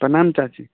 प्रणाम चाची